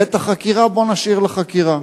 ואת החקירה, בוא נשאיר לחקירה.